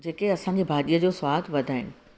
जेके असांजी भाॼीअ जो सवादु वधाइनि